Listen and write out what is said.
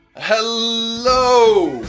hello.